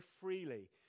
freely